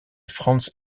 frans